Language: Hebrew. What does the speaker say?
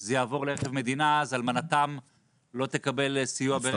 שזה יעבור לרכב מדינה, אלמנתם לא תקבל סיוע ברכב.